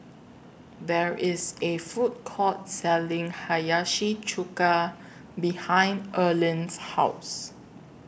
There IS A Food Court Selling Hiyashi Chuka behind Erline's House